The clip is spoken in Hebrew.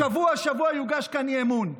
ושבוע-שבוע יוגש כאן אי-אמון.